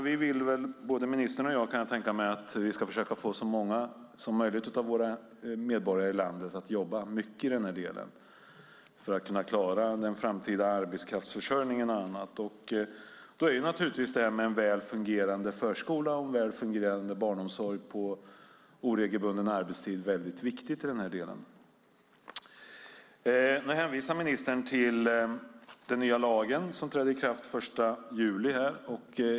Vi vill väl båda, ministern och jag, att vi ska försöka få så många som möjligt av våra medborgare i landet att jobba mycket i den här delen för att klara den framtida arbetskraftsförsörjningen och annat. Då är naturligtvis en väl fungerande förskola och väl fungerande barnomsorg på oregelbunden arbetstid väldigt viktigt. Ministern hänvisar till den nya lagen, som träder i kraft den 1 juli.